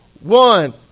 one